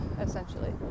essentially